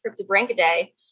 cryptobranchidae